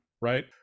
right